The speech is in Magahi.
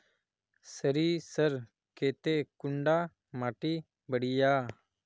सरीसर केते कुंडा माटी बढ़िया?